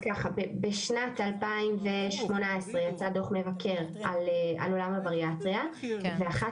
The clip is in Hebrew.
בשנת 2018 יצא דו"ח מבקר על עולם הבריאטריה ואחת